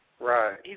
Right